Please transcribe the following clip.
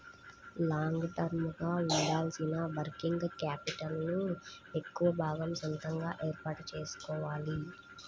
long term గా ఉండాల్సిన working capital ను ఎక్కువ భాగం సొంతగా ఏర్పాటు చేసుకోవాలి